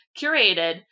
curated